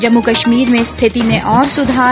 जम्मू कश्मीर में स्थिति में और सुधार